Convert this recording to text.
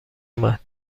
اومد